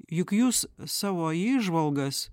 juk jūs savo įžvalgas